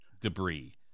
debris